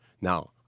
Now